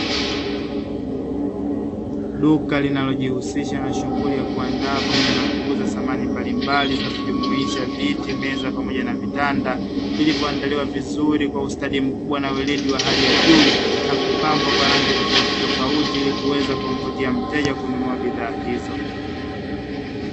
Duka linalojihusisha na shughuli ya kuandaa pamoja na kuuza thamani mbalimbali zinazojumuisha viti, meza pamoja na vitanda vilivyoandaliwa vizuri kwa ustadi mkubwa na weledi wa hali ya juu na kupambwa kwa rangi tofauti tofauti ili kuweza kumvutia mteja kununua bidhaa hizo.